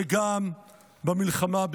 וגם במלחמה,